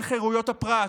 על חירויות הפרט?